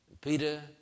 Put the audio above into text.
Peter